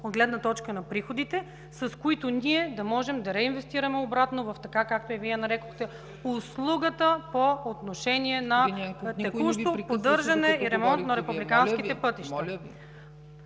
от гледна точка на приходите, с които ние да можем да реинвестираме обратно в, както и Вие я нарекохте, услугата по отношение на текущо поддържане и ремонт на републиканските пътища.